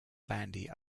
bandy